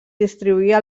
distribuïa